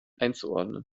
einzuordnen